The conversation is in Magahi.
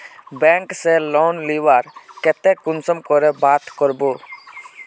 बैंक से लोन लुबार केते कुंसम करे बात करबो?